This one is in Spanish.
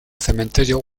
cementerio